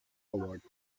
awards